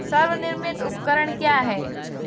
स्वनिर्मित उपकरण क्या है?